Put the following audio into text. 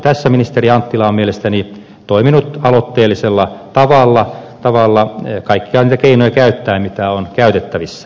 tässä ministeri anttila on mielestäni toiminut aloitteellisella tavalla kaikkia niitä keinoja käyttäen mitä on käytettävissä hyvä näin